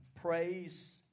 praise